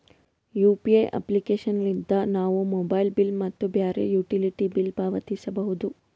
UPI application ಲಿದ್ದ ನಾವು mobile bill ಮತ್ತು ಬ್ಯಾರೆ ಯುಟಿಲಿಟಿ ಬಿಲ್ ಪಾವತಿಸಬೋದು